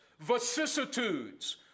vicissitudes